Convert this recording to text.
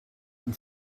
den